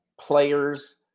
players